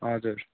हजुर